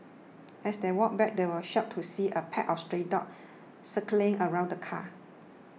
as they walked back they were shocked to see a pack of stray dogs circling around the car